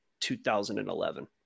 2011